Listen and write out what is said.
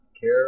care